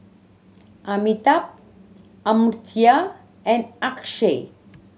Amitabh Amartya and Akshay